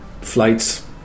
flights